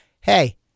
hey